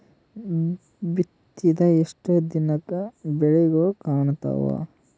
ಬಿತ್ತಿದ ಎಷ್ಟು ದಿನಕ ಬೆಳಿಗೋಳ ಕಾಣತಾವ?